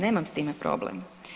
Nemam s time problem.